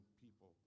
people